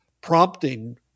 prompting